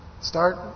Start